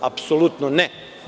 Apsolutno ne.